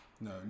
No